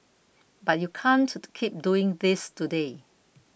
but you can't keep doing this today